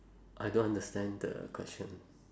I don't understand the question